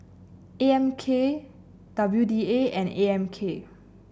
A M K W D A and A M K